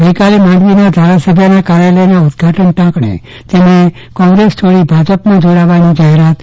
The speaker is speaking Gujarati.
ગઈકાલે માંડવીના ધારાસભ્યના કાર્યાલયના ઉદઘાટન ટાંકણે તેમણે કોંગ્રેસ છોડી ભાજપમં જોડાવા જાહેરાતકરી હતી